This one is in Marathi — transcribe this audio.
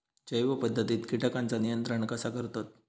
जैव पध्दतीत किटकांचा नियंत्रण कसा करतत?